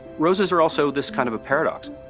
roses are also this kind of a paradox.